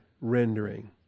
rendering